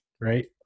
right